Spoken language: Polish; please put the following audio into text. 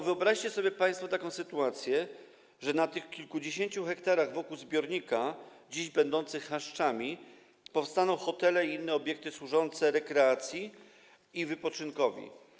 Wyobraźcie sobie państwo taką sytuację, że na tych kilkudziesięciu hektarach wokół zbiornika, gdzie dziś są chaszcze, powstaną hotele i inne obiekty służące rekreacji i wypoczynkowi.